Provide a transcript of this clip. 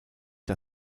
das